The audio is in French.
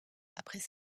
après